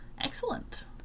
Excellent